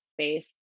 space